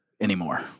anymore